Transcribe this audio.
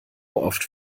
oft